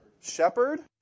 Shepherd